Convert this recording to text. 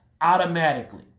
automatically